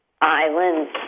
islands